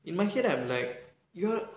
in my head I'm like you're